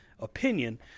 opinion